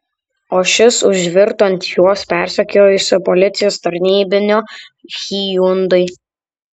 o šis užvirto ant juos persekiojusio policijos tarnybinio hyundai